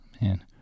Man